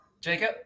Jacob